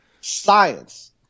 science